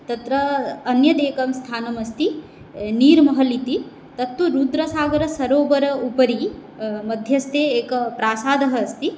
तत्र अन्यदेकं स्थानमस्ति नीर्महल् इति तत्तु रुद्रसागरसरोवर उपरि मध्यस्थे एकः प्रासादः अस्ति